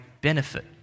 benefit